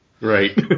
Right